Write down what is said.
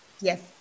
Yes